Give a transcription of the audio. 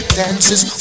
dances